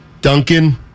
Duncan